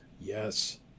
Yes